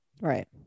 Right